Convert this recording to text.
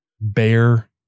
Bear